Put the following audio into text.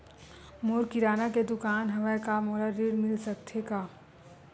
मोर किराना के दुकान हवय का मोला ऋण मिल सकथे का?